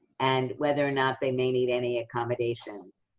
and whether or not they may need any accommodations.